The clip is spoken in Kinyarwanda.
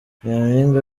nyaminga